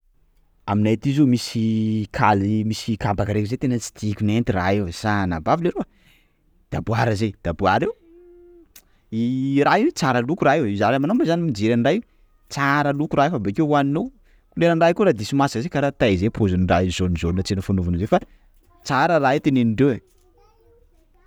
Aminay aty zao misy kaly, misy kabaka raiky zay tena tsy tiako nenty raha io e! sanabavy leroa! Daboara zay, daboara io raha io, tsara loko raha io, za- anao mo zany mijery an'ny raha io tsara loko raha io, fa bakeo hohaninao couleuran'ny raha io koa raha diso masaka zay kara tay zay pôzin'ny raha io, jaunejaune tsy hainao fanaovana zay fa, tsara raha io tenenin-dreo e!